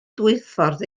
dwyffordd